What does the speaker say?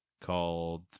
Called